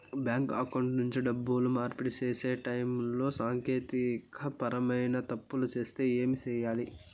bank account నుండి డబ్బులు మార్పిడి సేసే టైములో సాంకేతికపరమైన తప్పులు వస్తే ఏమి సేయాలి